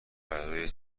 برای